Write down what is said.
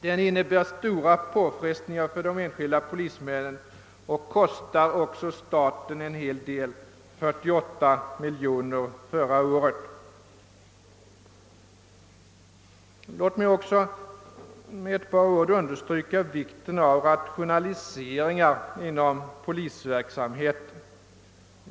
Den innebär stora påfrestningar för de enskilda polismännen och kostar också staten en hel del, 48 miljoner förra året.» Låt mig också med några ord understryka vikten av rationalisering inom polisverksamheten.